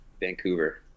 vancouver